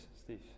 Steve